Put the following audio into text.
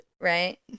right